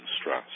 stress